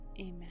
Amen